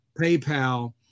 PayPal